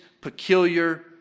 peculiar